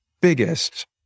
biggest